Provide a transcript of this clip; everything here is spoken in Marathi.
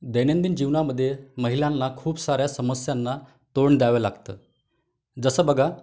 दैनंदिन जीवनामध्ये महिलांला खूप साऱ्या समस्यांना तोंड द्यावं लागतं जसं बघा